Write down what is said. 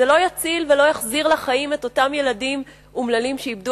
זה לא יציל ולא יחזיר לחיים את אותם ילדים אומללים שאיבדו